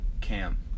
Cam